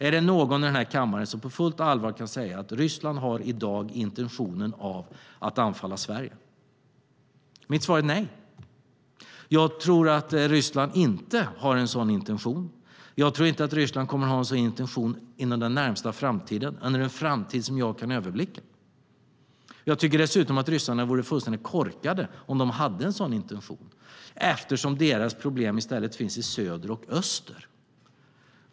Är det någon i kammaren som på fullt allvar kan säga att Ryssland i dag har intentionen att anfalla Sverige? Mitt svar är nej. Jag tror att Ryssland inte har en sådan intention. Jag tror inte att Ryssland kommer att ha en sådan intention inom den närmaste framtiden - under en framtid som jag kan överblicka. Jag tycker dessutom att ryssarna vore fullständigt korkade om de hade en sådan intention eftersom deras problem i stället finns i söder och öster.